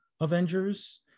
avengers